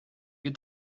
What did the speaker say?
good